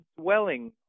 dwelling